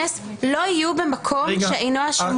בא לך שנעביר למשטרה?